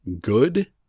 good